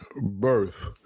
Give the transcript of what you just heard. birth